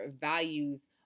values